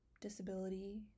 disability